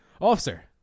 officer